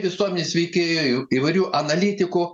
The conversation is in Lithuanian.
visuomenės veikėjų įvairių analitikų